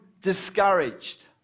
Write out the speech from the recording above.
discouraged